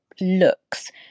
looks